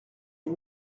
les